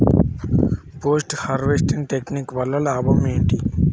Post harvesting technique వల్ల లాభం ఏంటి?